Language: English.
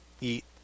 eat